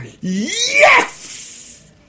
Yes